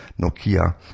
Nokia